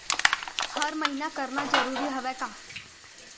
हर महीना करना जरूरी हवय का?